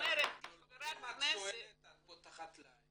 כחברת כנסת --- אם את שואלת את פותחת להם,